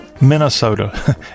Minnesota